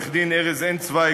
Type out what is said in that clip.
עורכי-הדין ארז אנצויג,